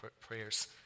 prayers